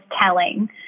telling